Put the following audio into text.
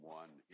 one